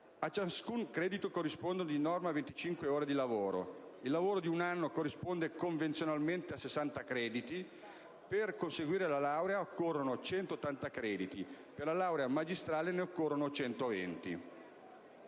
A ciascun credito corrispondono di norma 25 ore di lavoro. Il lavoro di un anno corrisponde convenzionalmente a 60 crediti. Per conseguire la laurea occorrono 180 crediti; per la laurea magistrale, ne occorrono 120.